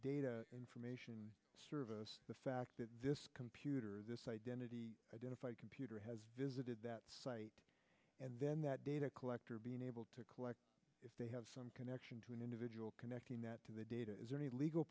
data information service the fact that this computer this identity identify computer has visited that site and then that data collector being able to collect if they have some connection to an individual connecting that to the data is there any legal